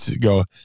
go